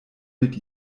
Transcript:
mit